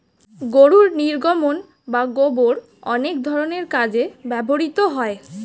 গরুর নির্গমন বা গোবর অনেক ধরনের কাজে ব্যবহৃত হয়